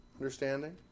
understanding